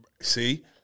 See